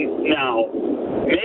now